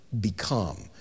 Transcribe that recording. become